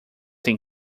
têm